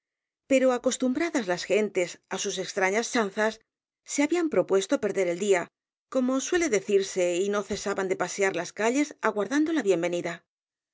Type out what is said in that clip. pero acostumbradas las gentes á sus extrañas chanzas se habían propuesto perder el día como decirse suele y no cesaban de pasear las calles aguardando la bienvenida